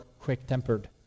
quick-tempered